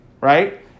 right